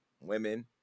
women